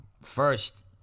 first